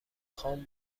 خان